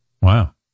wow